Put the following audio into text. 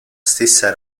stessa